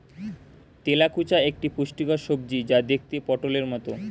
তেলাকুচা একটি পুষ্টিকর সবজি যা দেখতে পটোলের মতো